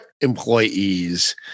employees